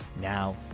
now,